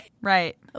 Right